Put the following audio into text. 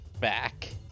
back